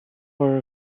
for